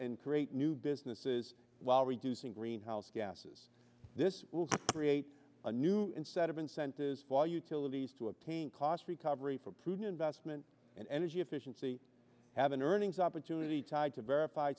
and create new businesses while reducing greenhouse gases this will create a new set of incentives for utilities to obtain cost recovery for prudent investment and energy efficiency have an earnings opportunity tied to verif